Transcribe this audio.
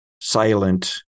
silent